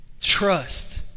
Trust